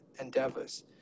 endeavors